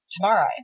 tomorrow